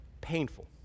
painful